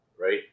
right